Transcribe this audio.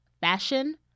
fashion